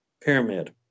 pyramid